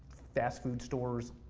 fast food stores,